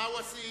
מהו הסעיף?